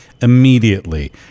immediately